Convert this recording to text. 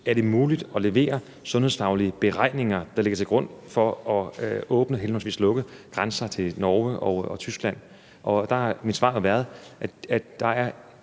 det er muligt at levere sundhedsfaglige beregninger, der ligger til grund for at åbne, henholdsvis lukke grænser til Norge og Tyskland. Og der har mit svar været, at der er